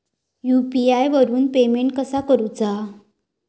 UPI वरून payment कसा करूचा?